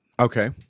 Okay